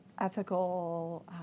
ethical